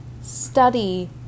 study